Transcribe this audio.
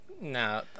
No